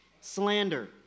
Slander